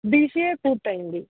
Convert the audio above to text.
BCA పూర్తి అయ్యింది